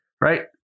Right